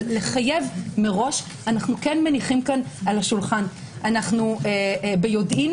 אבל לחייב מראש אנו ביודעין